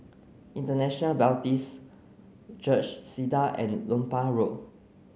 International Baptist Church Segar and Lompang Road